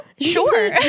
Sure